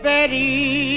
Betty